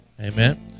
Amen